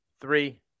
three